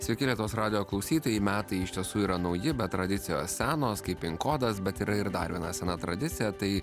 sveiki lietuvos radijo klausytojai metai iš tiesų yra nauji bet tradicijos senos kaip pin kodas bet yra ir dar viena sena tradicija tai